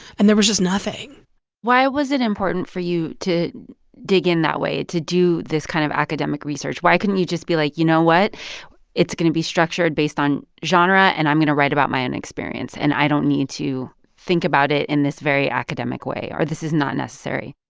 and there was just nothing why was it important for you to dig in that way, to do this kind of academic research? why couldn't you just be like, you know what it's going to be structured based on genre, and i'm going to write about my own experience, and i don't need to think about it in this very academic way, or this is not necessary?